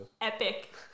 epic